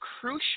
crucial